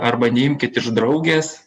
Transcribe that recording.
arba neimkit iš draugės